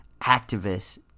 activists